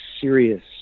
serious